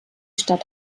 stadt